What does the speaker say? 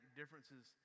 differences